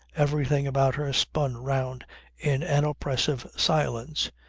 everything about her spun round in an oppressive silence.